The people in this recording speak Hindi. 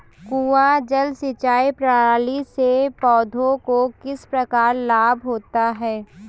कुआँ जल सिंचाई प्रणाली से पौधों को किस प्रकार लाभ होता है?